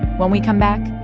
when we come back,